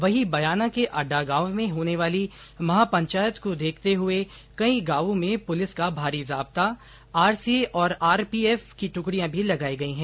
वहीं बयाना के अड्डा गांव में होने वाली महापंचायत को देखते हुए कई गांवों में पुलिस का भारी जाब्ता आरएसी और आरपीएफ की टुकड़ियां भी लगाई गई हैं